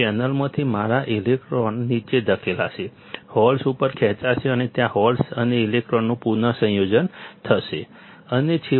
ચેનલમાંથી મારા ઇલેક્ટ્રોન નીચે ધકેલાશે હોલ્સ ઉપર ખેંચાશે અને ત્યાં હોલ્સ અને ઇલેક્ટ્રોનનું પુનસંયોજન થશે અને છેવટે